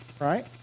right